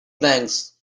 planks